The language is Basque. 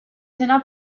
zena